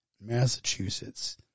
Massachusetts